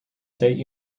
state